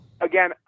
again